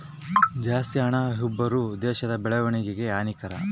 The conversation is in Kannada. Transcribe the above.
ಜಾಸ್ತಿ ಹಣದುಬ್ಬರ ದೇಶದ ಬೆಳವಣಿಗೆಗೆ ಹಾನಿಕರ